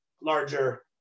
larger